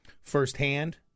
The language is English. firsthand